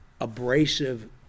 abrasive